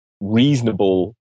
reasonable